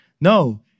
no